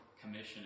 commission